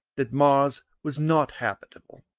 that mars was not habitable.